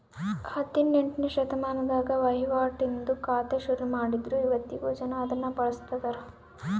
ಹದಿನೆಂಟ್ನೆ ಶತಮಾನದಾಗ ವಹಿವಾಟಿಂದು ಖಾತೆ ಶುರುಮಾಡಿದ್ರು ಇವತ್ತಿಗೂ ಜನ ಅದುನ್ನ ಬಳುಸ್ತದರ